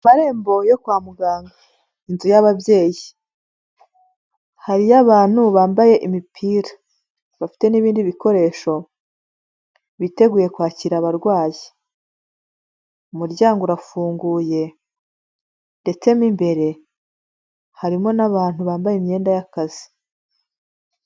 Amarembo yo kwa muganga inzu y'ababyeyi, hariyo abantu bambaye imipira, bafite n'ibindi bikoresho biteguye kwakira abarwayi, umuryango urafunguye ndetse mo imbere harimo n'abantu bambaye imyenda y'akazi.